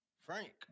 Frank